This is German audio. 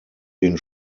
den